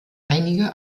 einige